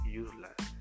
useless